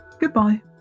Goodbye